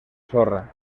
sorra